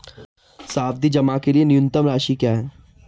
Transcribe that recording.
सावधि जमा के लिए न्यूनतम राशि क्या है?